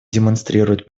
демонстрируют